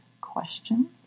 question